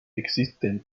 existen